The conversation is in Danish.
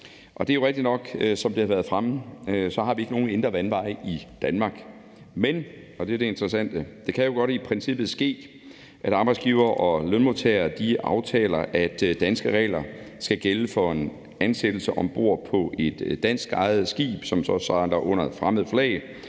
Det er jo rigtigt nok, som det har været fremme, at vi ikke har nogen indre vandveje i Danmark, men – og det er det interessante – det kan jo i princippet godt ske, at arbejdsgivere og lønmodtagere aftaler, at danske regler skal gælde for en ansættelse om bord på et danskejet skib, som så sejler under et fremmed flag,